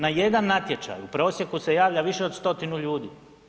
Na jedan natječaj u prosjeku se javlja više od stotinu ljudi.